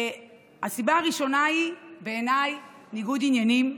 הסיבה הראשונה היא בעיניי ניגוד עניינים.